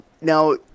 now